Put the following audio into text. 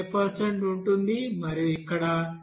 0 ఉంటుంది మరియు ఇక్కడ నీరు 92